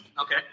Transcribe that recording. Okay